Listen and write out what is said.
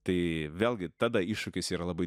tai vėlgi tada iššūkis yra labai